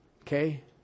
Okay